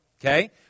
Okay